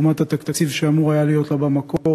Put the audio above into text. לעומת התקציב שאמור היה להיות לה במקור.